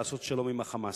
לעשות שלום עם ה"חמאס".